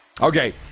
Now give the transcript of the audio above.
Okay